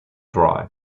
dry